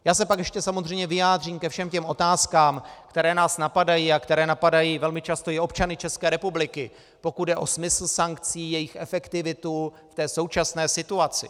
Já se pak ještě samozřejmě vyjádřím ke všem těm otázkám, které nás napadají a které napadají velmi často i občany České republiky, pokud jde o smysl sankcí, jejich efektivitu v té současné situaci.